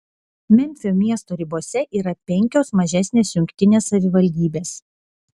memfio miesto ribose yra penkios mažesnės jungtinės savivaldybės